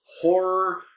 horror